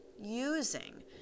using